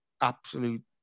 absolute